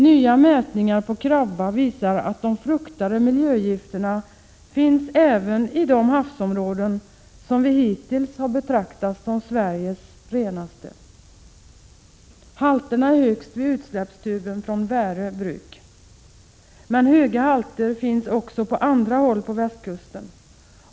Nya mätningar på krabba visar att de fruktade miljögifterna finns även i de havsområden som vi hittills har betraktat som Sveriges renaste. Halterna är högst vid utsläppstuben från Värö Bruk. Men höga halter finns också på andra håll på västkusten.